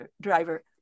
driver